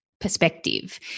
perspective